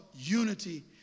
unity